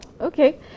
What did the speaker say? Okay